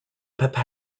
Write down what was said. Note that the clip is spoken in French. papa